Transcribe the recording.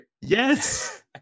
Yes